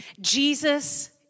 Jesus